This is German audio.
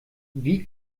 wie